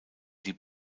die